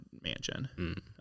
Mansion